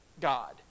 God